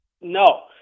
No